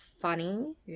funny